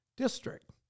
district